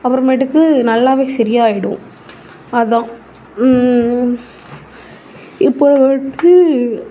அப்புறமேட்டுக்கு நல்லா சரியாயிடும் அதான் இப்போது வந்துட்டு